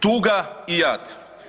Tuga i jad.